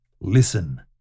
Listen